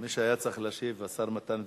לא, מי שהיה צריך להשיב הוא השר מתן וילנאי.